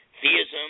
theism